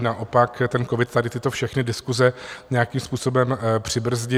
Naopak ten covid tady tyto všechny diskuse nějakým způsobem přibrzdil.